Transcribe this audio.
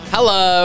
Hello